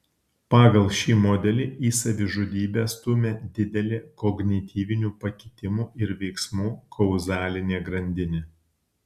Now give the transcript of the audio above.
pagal šį modelį į savižudybę stumia didelė kognityvinių pakitimų ir veiksmų kauzalinė grandinė